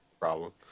Problem